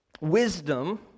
Wisdom